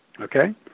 Okay